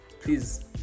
Please